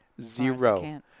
zero